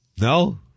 No